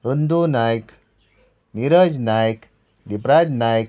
Rundu Nayak Niraj Nayak Dipraj Naik